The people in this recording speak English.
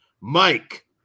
Mike